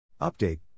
Update